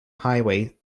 highway